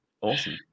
Awesome